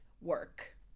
work